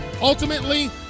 Ultimately